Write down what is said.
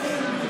נכון מאוד.